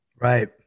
Right